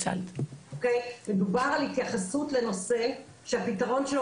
מדובר על התייחסות לנושא שהפתרון שלו